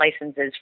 licenses